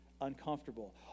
uncomfortable